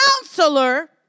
counselor